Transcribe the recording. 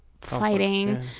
fighting